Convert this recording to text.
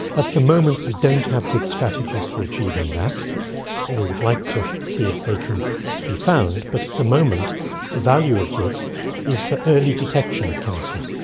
at the moment we don't have good strategies for achieving that and we would like to see if they can be found, but at the moment the value of this is for early detection of cancer.